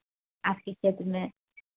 आपके स्टेट में